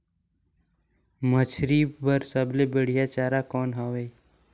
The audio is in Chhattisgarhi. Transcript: मछरी बर सबले बढ़िया चारा कौन हवय?